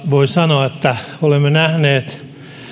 voi sanoa että tällä vaalikaudella olemme nähneet